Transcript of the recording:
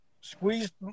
squeezed